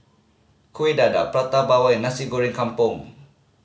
Kuih Dadar Prata Bawang and Nasi Goreng Kampung